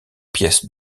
pièces